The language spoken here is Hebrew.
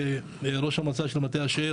כשראש המועצה של מטה אשר.